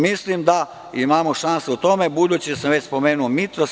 Mislim da imamo šansu u tome, budući da sam spomenuo „Mitros“